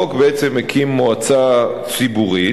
החוק בעצם הקים מועצה ציבורית,